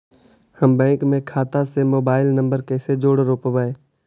हम बैंक में खाता से मोबाईल नंबर कैसे जोड़ रोपबै?